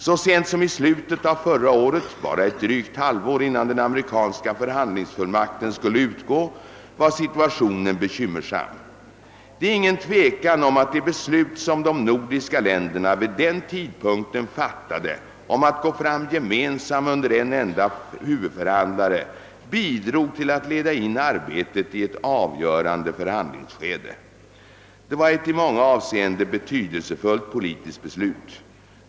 Så sent som i slutet av förra året — bara drygt ett halvår innan den amerikanska förhandlingsfullmakten skulle utgå — var situationen bekymmersam. Det är ingen tvekan om att det beslut som de nordiska länderna vid den tidpunkten fattade om att gå fram gemensamt under en enda huvudförhandlare bidrog till att leda in arbetet i ett avgörande förhandlingsskede. Det var ett i många avseenden betydelsefullt politiskt beslut.